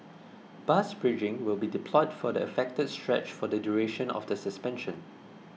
bus bridging will be deployed for the affected stretch for the duration of the suspension